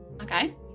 Okay